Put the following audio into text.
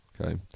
okay